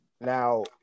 Now